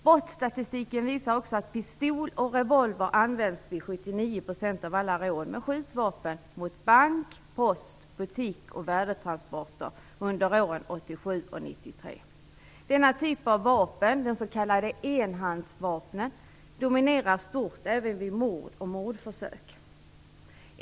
Brottsstatistiken visar att pistol och revolver användes vid 79 % av alla rån med skjutvapen mot bank, post, butiker och värdetransporter under åren 1987 och 1993. Denna typ av vapen, s.k. enhandsvapen, dominerar stort även vid mord och mordförsök.